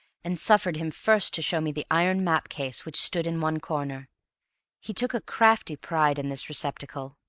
and suffered him first to show me the iron map-case which stood in one corner he took a crafty pride in this receptacle,